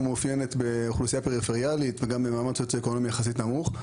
מאופיינת באוכלוסייה פריפריאלית וגם ממעמד סוציו אקונומי יחסית נמוך,